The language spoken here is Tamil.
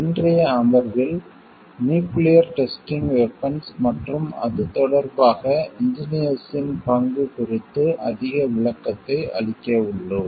இன்றைய அமர்வில் நியூக்கிளியர் டெஸ்டிங் வெபன்ஸ் மற்றும் அது தொடர்பாக இன்ஜினியர்ஸ்ன் பங்கு குறித்து அதிக விளக்கத்தை அளிக்க உள்ளோம்